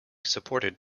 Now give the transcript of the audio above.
supported